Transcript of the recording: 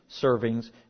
servings